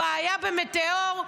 הבעיה במטאור,